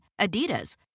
Adidas